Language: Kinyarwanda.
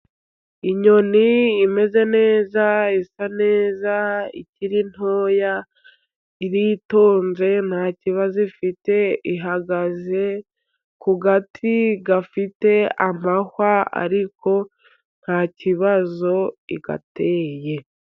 Inyoni imeze neza, isa neza, ikiri ntoya, iritonze ntaki kibazo ifite. Ihagaze ku gati gafite amahwa ariko ntaki kibazo igateye.